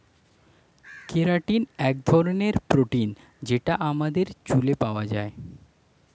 keratin এক ধরনের protein যেটা আমাদের চুলে পাওয়া যায়